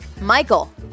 Michael